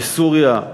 בסוריה,